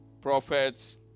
prophets